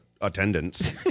attendance